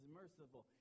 merciful